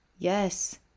Yes